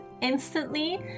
instantly